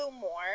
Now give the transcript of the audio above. more